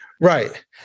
Right